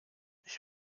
ich